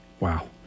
Wow